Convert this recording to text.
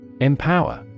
Empower